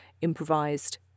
improvised